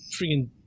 freaking